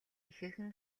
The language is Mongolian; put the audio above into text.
ихээхэн